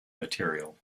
material